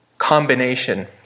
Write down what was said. combination